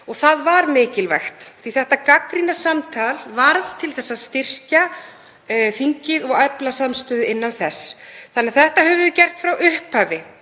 og það var mikilvægt, því að þetta gagnrýna samtal varð til þess að styrkja þingið og efla samstöðu innan þess. Þetta höfum við gert frá upphafi,